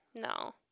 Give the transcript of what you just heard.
No